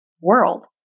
world